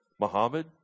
Muhammad